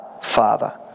Father